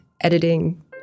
editing